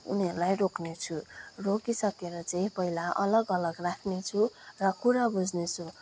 उनिहरूलाई रोक्ने छु रोकिसकेर चाहिँ पहिला अलग अलग राख्नेछु र कुरा बुझ्नेछु